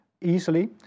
easily